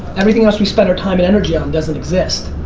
everything else we spend our time and energy on doesn't exist.